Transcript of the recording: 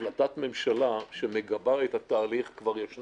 החלטת ממשלה שמגבה את התהליך כבר קיימת